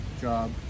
job